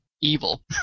evil